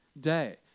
day